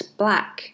black